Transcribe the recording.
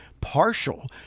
partial